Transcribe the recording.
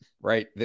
right